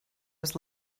was